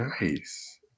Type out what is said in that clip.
Nice